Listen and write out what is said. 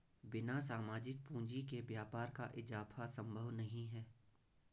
बिना सामाजिक पूंजी के व्यापार का इजाफा संभव नहीं है